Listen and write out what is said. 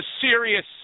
serious